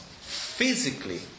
physically